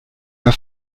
mehr